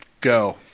go